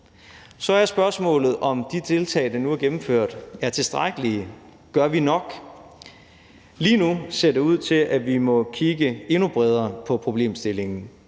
Så er spørgsmålet, om de tiltag, der nu er gennemført, er tilstrækkelige, og om vi gør nok. Lige nu ser det ud til, at vi må kigge endnu bredere på problemstillingen,